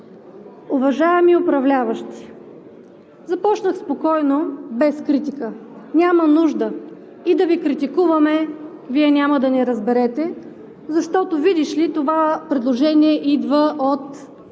Уважаеми управляващи, започнах спокойно, без критика. Няма нужда – и да Ви критикуваме, Вие няма да ни разберете, защото, видиш ли, това предложение идва от